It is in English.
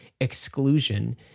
exclusion